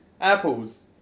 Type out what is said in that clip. Apples